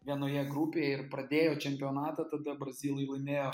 vienoje grupėje ir pradėjo čempionatą tada brazilai laimėjo